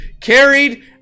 carried